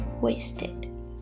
wasted